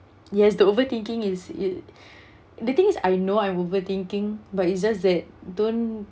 yes the overthinking is it the thing is I know I'm overthinking but it's just that don't